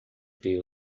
ver